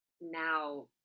now